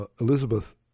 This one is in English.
Elizabeth